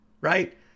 right